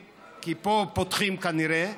כי פה פותחים, כנראה,